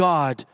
God